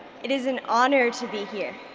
it is an honor to be here.